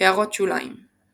הערות שוליים ==